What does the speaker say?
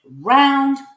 round